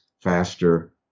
faster